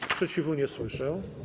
Sprzeciwu nie słyszę.